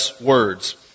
words